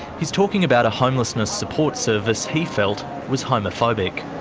he's talking about a homelessness support service he felt was homophobic.